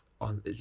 on